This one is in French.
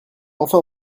enfin